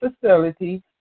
facility